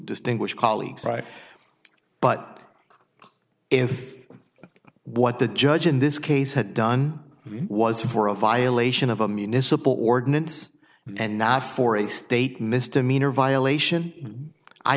distinguished colleagues right but if what the judge in this case had done was for a violation of a municipal ordinance and not for a state misdemeanor violation i